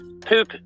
poop